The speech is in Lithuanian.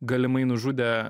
galimai nužudė